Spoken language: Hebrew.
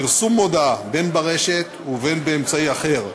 פרסום מודעה, בין ברשת ובין באמצעי אחר,